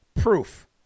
proof